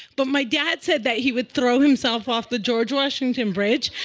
but my dad said that he would throw himself off the george washington bridge,